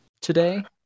today